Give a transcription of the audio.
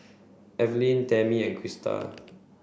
Evelin Tamie and Christa